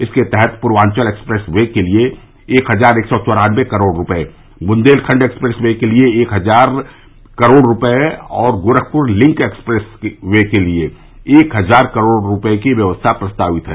इसके तहत Purvanchal expressway के लिये एक हजार एक सौ चौरानवे करोड़ रूपये बुंदेलखंड एक्सप्रेस वे के लिये एक हजार करोड़ रूपये और गोरखपुर लिंक एक्सप्रेस वे के लिये एक हजार करोड़ रूपये की व्यवस्था प्रस्तावित है